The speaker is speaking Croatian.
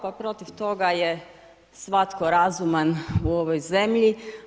Pa protiv toga je svatko razuman u ovoj zemlji.